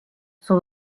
son